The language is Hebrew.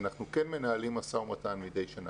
אנחנו כן מנהלים משא ומתן מדי שנה.